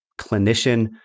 clinician